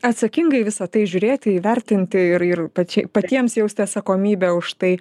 atsakingai į visa tai žiūrėti įvertinti ir ir pačiai patiems jausti atsakomybę už tai